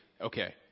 okay